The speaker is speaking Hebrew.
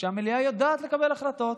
שהמליאה יודעת לקבל החלטות.